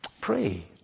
Pray